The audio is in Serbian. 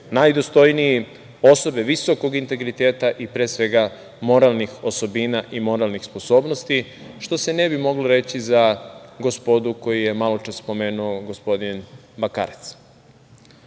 najdostojniji, osobe visokog integriteta i moralnih osobina i moralnih sposobnosti, što se ne bi moglo reći za gospodu koju je maločas spomenuo gospodin Bakarec. Sa